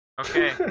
Okay